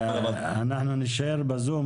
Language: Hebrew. אנחנו נישאר בזום.